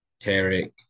Tarek